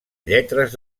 lletres